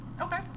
Okay